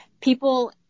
people